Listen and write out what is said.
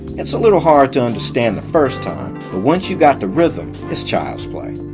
it's a little hard to understand the first time, but once you got the rhythm, it's child's play.